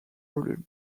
volumes